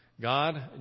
God